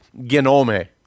genome